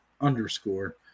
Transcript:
underscore